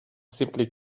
simply